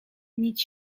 nic